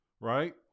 right